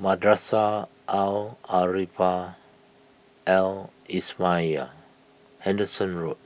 Madrasah Al Arabiah Al Islamiah Henderson Road